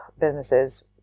businesses